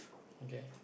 okay